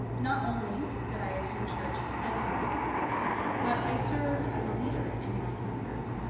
not only did i attend church every sunday, but i served as a leader in my youth group.